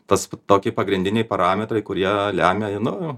tas toki pagrindiniai parametrai kurie lemia nu